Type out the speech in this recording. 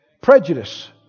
Prejudice